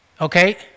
Okay